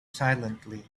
silently